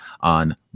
on